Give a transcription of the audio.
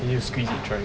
then you squeeze it dry